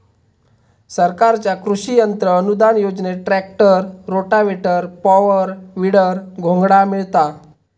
सरकारच्या कृषि यंत्र अनुदान योजनेत ट्रॅक्टर, रोटावेटर, पॉवर, वीडर, घोंगडा मिळता